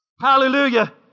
Hallelujah